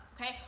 okay